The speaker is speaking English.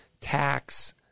tax